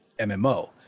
MMO